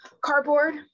cardboard